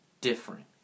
different